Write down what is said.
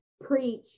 preach